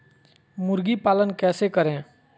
मुर्गी पालन कैसे करें?